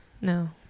no